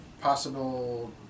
possible